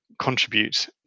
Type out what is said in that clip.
contribute